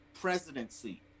presidency